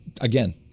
Again